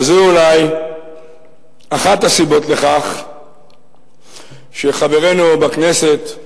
וזו אולי אחת הסיבות לכך שחברנו בכנסת,